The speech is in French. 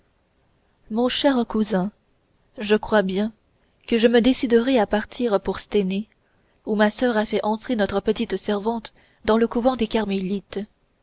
mon cher cousin je crois bien que je me déciderai à partir pour stenay où ma soeur a fait entrer notre petite servante dans le couvent des